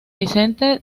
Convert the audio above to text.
vicente